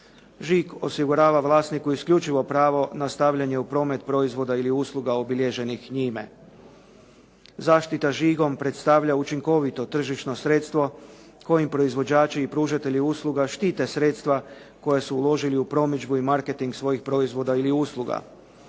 Žig osigurava vlasniku isključivo pravo na stavljanje u promet proizvoda ili usluga obilježenih njime. Zaštita žigom predstavlja učinkovito tržišno sredstvo kojim proizvođači i pružatelji usluga štite sredstva koja su uložili u promidžbu i marketing svojih proizvoda ili usluga.